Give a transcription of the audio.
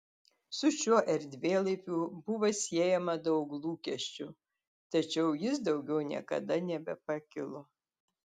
su šiuo erdvėlaiviu buvo siejama daug lūkesčių tačiau jis daugiau niekada nebepakilo